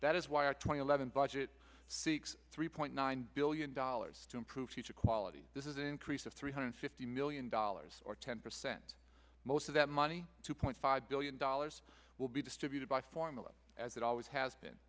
that is why our twenty eleven budget seeks three point nine billion dollars to improve teacher quality this is an increase of three hundred fifty million dollars or ten percent most of that money two point five billion dollars will be distributed by formula as it always has been